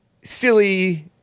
silly